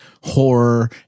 horror